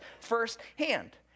firsthand